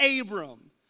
Abram